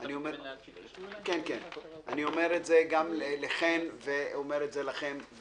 אני אומר את זה גם לחן פליישר ולכם,